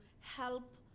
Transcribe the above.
help